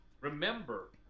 remember